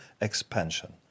expansion